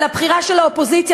על הבחירה של האופוזיציה,